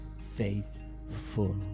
faithful